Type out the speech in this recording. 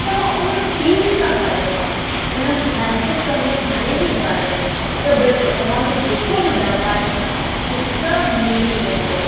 तव्हां उन फ़ील सां ॻायो उन महिसूस कंदड़ गाने खे ॻायो त बिल्कुलु तव्हांजो जेको बि डपु आहिनि हो सभु निकिरी वेंदो